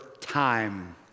time